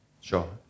Sure